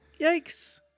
Yikes